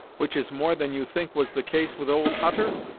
which is more than you think was the case with old hutter?